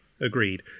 Agreed